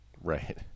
Right